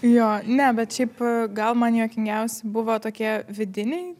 jo ne bet šiaip gal man juokingiausi buvo tokie vidiniai